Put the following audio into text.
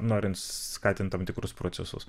norint skatint tam tikrus procesus